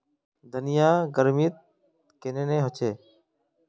धनिया गर्मित कन्हे ने होचे?